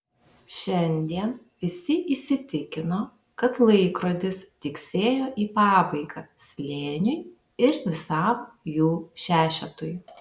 šiandien visi įsitikino kad laikrodis tiksėjo į pabaigą slėniui ir visam jų šešetui